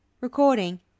recording